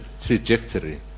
trajectory